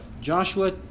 Joshua